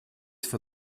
for